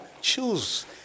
choose